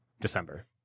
December